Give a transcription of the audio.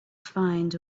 find